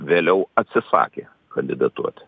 vėliau atsisakė kandidatuoti